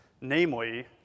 namely